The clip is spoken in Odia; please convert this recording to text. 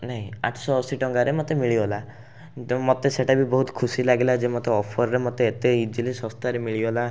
ନାଇଁ ଆଠଶହଅଶୀ ଟଙ୍କାରେ ମୋତେ ମିଳିଗଲା କିନ୍ତୁ ମୋତେ ସେଇଟା ବି ବହୁତ ଖୁସି ଲାଗିଲା ଯେ ମୋତେ ଅଫର୍ରେ ମୋତେ ଏତେ ଇଜିଲି ଶସ୍ତାରେ ମିଳିଗଲା